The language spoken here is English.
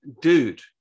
Dude